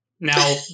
now